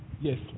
Yes